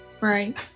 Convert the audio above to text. right